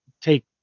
take